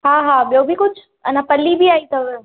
हा हा ॿियों बि कुझु अञा फली बि आई अथव